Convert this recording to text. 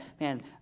man